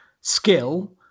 skill